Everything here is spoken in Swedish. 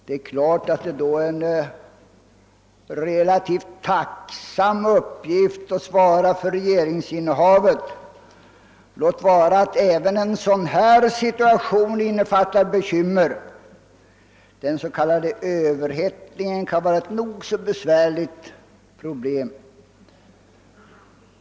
Det är klart att det då är en relativt tacksam uppgift att svara för regeringsinnehavet, låt vara att även en situation som denna innefattar bekymmer; den s.k. överhettningen kan vara ett nog så besvärligt problem.